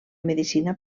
medicina